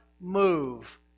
move